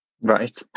right